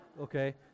okay